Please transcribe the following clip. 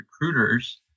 recruiters